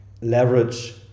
leverage